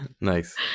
Nice